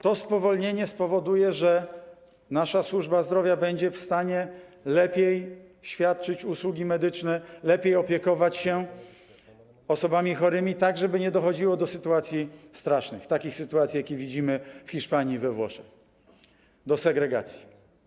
To spowolnienie spowoduje, że nasza służba zdrowia będzie w stanie lepiej świadczyć usługi medyczne, lepiej opiekować się osobami chorymi, tak żeby nie dochodziło do sytuacji strasznych, takich sytuacji, jakie widzimy w Hiszpanii i we Włoszech, do segregacji.